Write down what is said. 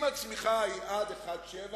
אם הצמיחה היא עד 1.7,